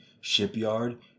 shipyard